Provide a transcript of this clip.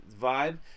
vibe